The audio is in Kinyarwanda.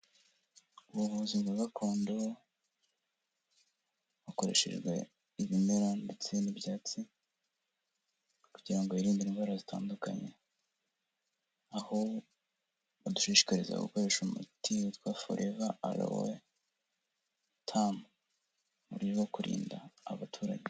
Ubuvuzi bwa gakondo hakoreshejwe ibimera ndetse n'ibyatsi kugirango yirinde indwara zitandukanye, aho badushishikariza gukoresha umuti witwa Foreva Alowe Tamu mu buryo bwo kurinda abaturage.